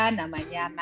namanya